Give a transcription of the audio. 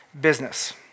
business